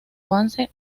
avance